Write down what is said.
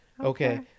Okay